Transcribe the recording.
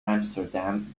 amsterdam